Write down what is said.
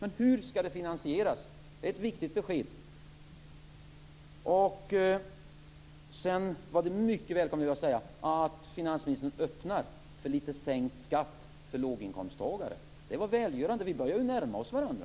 Men hur skall detta finansieras? Det är ett viktigt besked. Det var mycket välkommet att finansministern öppnar för litet sänkt skatt för låginkomsttagare. Det var välgörande. Vi börjar ju närma oss varandra!